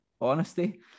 honesty